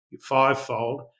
fivefold